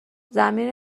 ضمیر